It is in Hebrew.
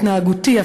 ההתנהגותי,